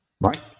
Right